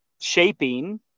shaping